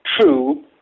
true